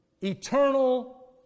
Eternal